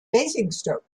basingstoke